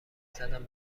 زدم